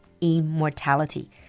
immortality